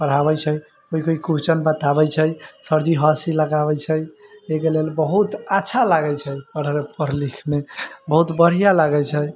कोइ कोइ क्वेस्चन बताबै छै सरजी हँसी लगाबै छै एहिके लेल बहुत अच्छा लागै छै पढ़य मे पढ़ऽ लिखऽ मे बहुत बढ़िऑं लागै छै